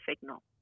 signal